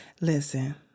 Listen